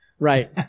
Right